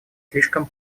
слишком